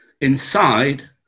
inside